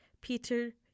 Peter